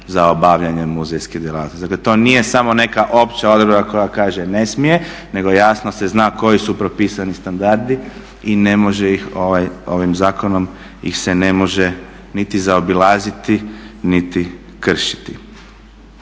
za obavljanje muzejske djelatnosti. Dakle to nije samo neka opća odredba koja kaže ne smije, nego se jasno zna koji su propisani standardi i ne može ih se ovim zakonom niti zaobilaziti niti kršiti.